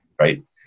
Right